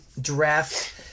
draft